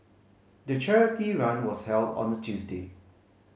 the charity run was held on a Tuesday